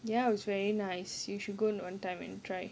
ya it's very nice you should go one time and try